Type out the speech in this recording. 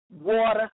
water